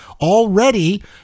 already